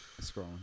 scrolling